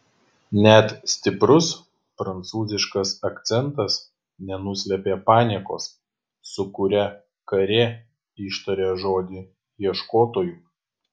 net stiprus prancūziškas akcentas nenuslėpė paniekos su kuria karė ištarė žodį ieškotojų